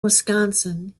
wisconsin